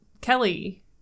kelly